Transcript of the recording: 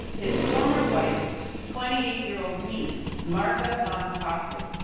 his former wife's twenty eight year old niece, marga von hoesslin.